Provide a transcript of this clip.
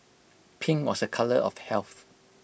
pink was A colour of health